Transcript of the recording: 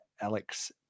Alex